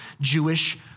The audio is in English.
Jewish